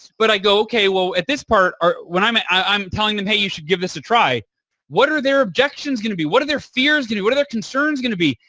but i go, okay. well, at this part when i'm ah i'm telling them, hey, you should give this a try what are their objections going to be? what are their fears? you know what are their concerns going to be?